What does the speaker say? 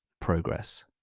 progress